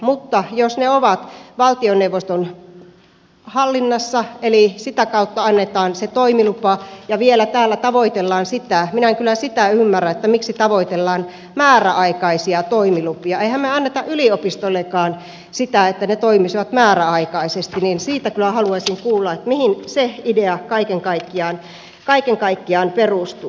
mutta jos ne ovat valtioneuvoston hallinnassa eli sitä kautta annetaan se toimilupa ja vielä täällä tavoitellaan määräaikaisuutta minä en kyllä sitä ymmärrä miksi tavoitellaan määräaikaisia toimilupia emmehän me anna yliopistoillekaan sitä että ne toimisivat määräaikaisesti niin siitä kyllä haluaisin kuulla mihin se idea kaiken kaikkiaan perustuu